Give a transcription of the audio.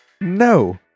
No